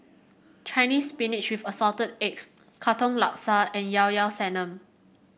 Chinese Spinach with Assorted Eggs Katong Laksa and Llao Llao Sanum